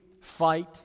fight